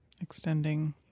Extending